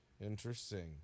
interesting